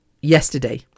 yesterday